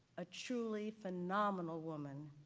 a truly phenomenal woman,